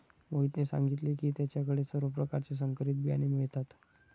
मोहितने सांगितले की त्याच्या कडे सर्व प्रकारचे संकरित बियाणे मिळतात